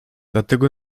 dlatego